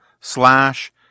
slash